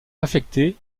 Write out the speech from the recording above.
affecté